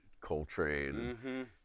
coltrane